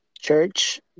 Church